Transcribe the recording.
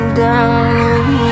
down